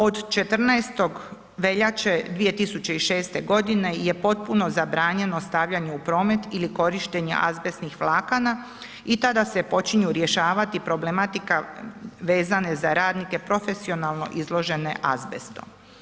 Od 14. veljače 2006. g. je potpuno zabranjeno stavljanje u promet ili korištenje azbestnih vlakana i tada se počinju rješavati problematika vezane za radnike profesionalno izložene azbestom.